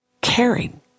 caring